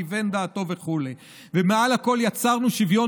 כיוון דעתו וכו' ומעל הכול יצרנו שוויון